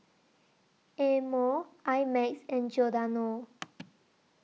Amore I Max and Giordano